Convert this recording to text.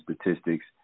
statistics